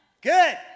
Good